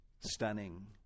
Stunning